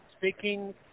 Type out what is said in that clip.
Speaking